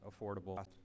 affordable